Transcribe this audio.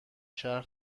شهر